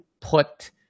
put